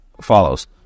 follows